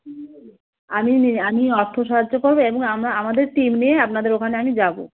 আমি নি আমি অর্থ সাহায্য করবো এবং আমা আমাদের টীম নিয়ে আপনাদের ওখানে আমি যাবো